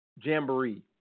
jamboree